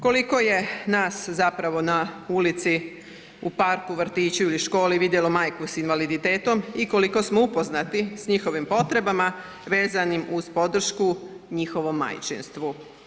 Koliko je nas zapravo na ulici, u parku, vrtiću ili školi vidjelo majku s invaliditetom i koliko smo upoznati s njihovim potrebama vezanim uz podršku njihovom majčinstvu?